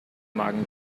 magen